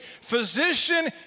Physician